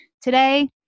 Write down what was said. today